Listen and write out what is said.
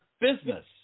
business